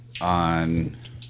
on